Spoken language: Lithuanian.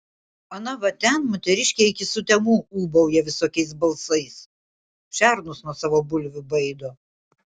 ana va ten moteriškė iki sutemų ūbauja visokiais balsais šernus nuo savo bulvių baido